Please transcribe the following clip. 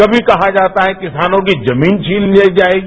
कभी कहा जाता है कि किसानों की जमीन छीन ली जाएगी